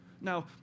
Now